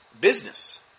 business